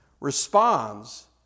responds